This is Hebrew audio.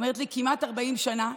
היא אומרת לי: כמעט 40 שנה,